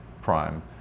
prime